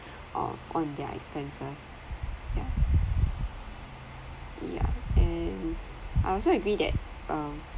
all on their expenses yeah yeah and I also agree that um